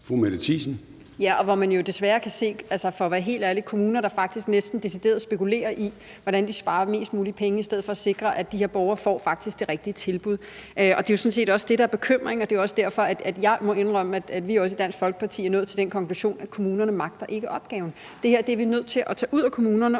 Mette Thiesen (DF): Ja, og der kan man desværre, for at være helt ærlig, se kommuner, der faktisk næsten decideret spekulerer i, hvordan de sparer flest mulige penge i stedet for at sikre, at de her borgere faktisk får det rigtige tilbud. Det er jo sådan set også det, der er bekymringen, og det er også derfor, at jeg må indrømme, at vi i Dansk Folkeparti er nået til den konklusion, at kommunerne ikke magter opgaven. Det her er vi nødt til at tage ud af kommunerne